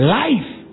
life